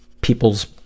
people's